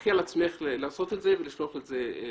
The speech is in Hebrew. קחי על עצמך לעשות את זה ו לשלוח את זה לוועדה.